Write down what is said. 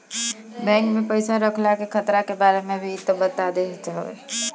bank में पईसा रखला के खतरा के बारे में भी इ बता देत हवे